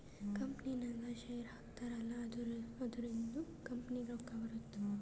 ಕಂಪನಿನಾಗ್ ಶೇರ್ ಹಾಕ್ತಾರ್ ಅಲ್ಲಾ ಅದುರಿಂದ್ನು ಕಂಪನಿಗ್ ರೊಕ್ಕಾ ಬರ್ತುದ್